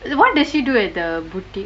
what does she do at the boutique